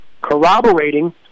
corroborating